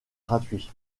gratuit